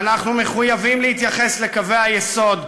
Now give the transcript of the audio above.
ואנחנו מחויבים להתייחס לקווי היסוד,